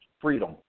freedom